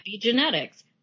epigenetics